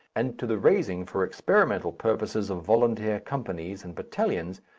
and to the raising for experimental purposes of volunteer companies and battalions,